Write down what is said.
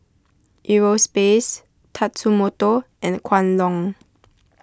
Eurospace Tatsumoto and Kwan Loong